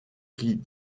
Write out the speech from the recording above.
qui